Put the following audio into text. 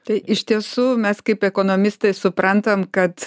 tai iš tiesų mes kaip ekonomistai suprantam kad